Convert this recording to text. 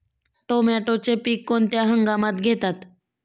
टोमॅटोचे पीक कोणत्या हंगामात घेतात?